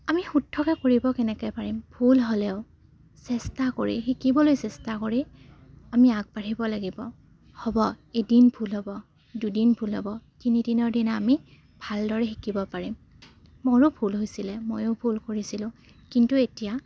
আমি শুদ্ধকৈ কৰিব কেনেকৈ পাৰিম ভুল হ'লেও চেষ্টা কৰি শিকিবলৈ চেষ্টা কৰি আমি আগবাঢ়িব লাগিব হ'ব এদিন ভুল হ'ব দুদিন ভুল হ'ব তিনিদিনৰ দিনা আমি ভালদৰে শিকিব পাৰিম মোৰো ভুল হৈছিলে ময়ো ভুল কৰিছিলোঁ কিন্তু এতিয়া